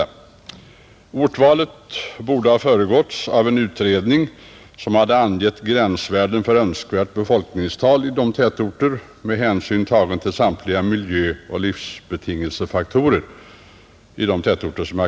Ortvalet borde ha föregåtts av en utredning som hade angett gränsvärden för önskvärt befolkningstal i tätorter med hänsyn tagen till samtliga miljöoch livsbetingelsefaktorer.